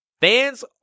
fans